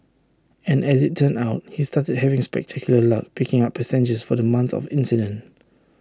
and as IT turned out he started having spectacular luck picking up passengers for the month of the incident